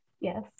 yes